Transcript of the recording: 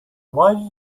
why